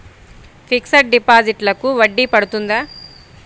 Fixed డిపాజిట్లకు వడ్డీ పడుతుందా?